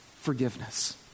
forgiveness